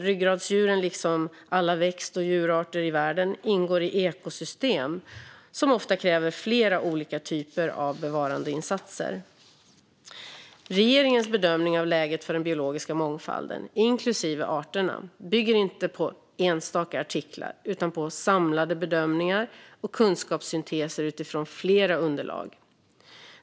Ryggradsdjuren, liksom alla växt och djurarter i världen, ingår i ekosystem som ofta kräver flera olika typer av bevarandeinsatser. Regeringens bedömning av läget för den biologiska mångfalden, inklusive arterna, bygger inte på enstaka artiklar utan på samlade bedömningar och kunskapssynteser utifrån flera underlag.